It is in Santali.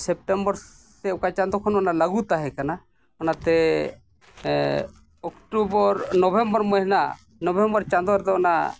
ᱥᱮᱯᱴᱮᱢᱵᱚᱨ ᱥᱮ ᱚᱠᱟ ᱪᱟᱸᱫᱳ ᱠᱷᱚᱱ ᱞᱟᱹᱜᱩ ᱛᱟᱦᱮᱸ ᱠᱟᱱᱟ ᱚᱱᱟᱛᱮ ᱚᱠᱴᱳᱵᱚᱨ ᱱᱚᱵᱷᱮᱢᱵᱚᱨ ᱢᱟᱹᱦᱱᱟᱹ ᱱᱚᱵᱷᱮᱢᱵᱚᱨ ᱪᱟᱸᱫᱳ ᱨᱮᱫᱚ ᱚᱱᱟ